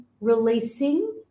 releasing